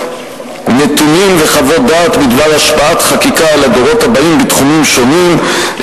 נתונים וחוות דעת בדבר השפעת חקיקה על הדורות הבאים בתחומים שונים,